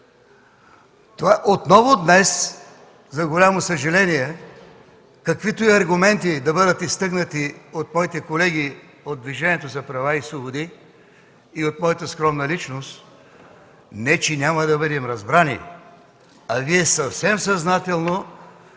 Отново днес, за голямо съжаление, каквито и аргументи да бъдат изтъкнати от моите колеги от Движението за права и свободи и от моята скромна личност, не че няма да бъдем разбрани, Вие съвсем съзнателно